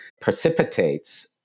precipitates